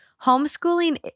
homeschooling